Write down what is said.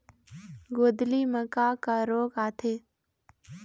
गोंदली म का का रोग आथे?